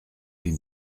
huit